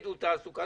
לעידוד תעסוקה.